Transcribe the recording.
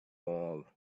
all